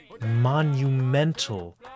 monumental